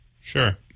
Sure